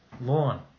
lawn